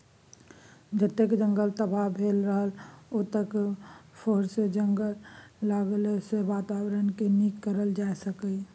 जतय जंगल तबाह भेल रहय ओतय फेरसँ जंगल लगेलाँ सँ बाताबरणकेँ नीक कएल जा सकैए